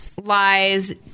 lies